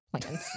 plans